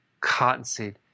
cottonseed